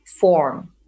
form